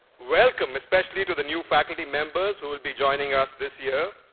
welcome, especially to the new faculty members who will be joining us this year.